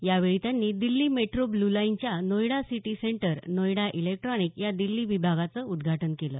यावेळी त्यांनी Delhi metro blue line च्या Noida city centre Noida electronic या दिल्ली विभागाचं उद्घाटन केलं